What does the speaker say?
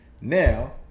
Now